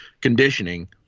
conditioning